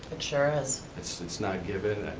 it sure is. it's it's not given,